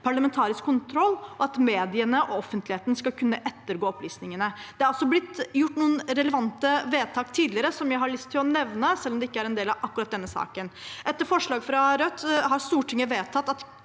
parlamentarisk kontroll og at mediene og offentligheten skal kunne ettergå opplysninger. Det er også blitt gjort noen relevante vedtak tidligere. Jeg har lyst til å nevne dem, selv om de ikke er en del av akkurat denne saken. Etter forslag fra Rødt har Stortinget vedtatt at